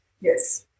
Yes